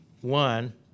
one